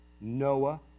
Noah